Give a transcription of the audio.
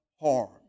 harm